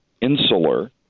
insular